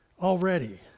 already